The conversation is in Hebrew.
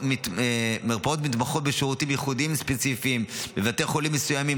מרפאות מתמחות בשירותים ייחודיים ספציפיים בבתי חולים מסוימים,